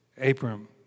Abram